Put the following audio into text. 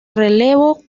relevo